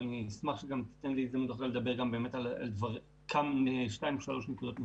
אבל אני אשמח שתיתן לי לדבר גם על שתיים-שלוש נקודות נוספות.